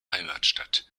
heimatstadt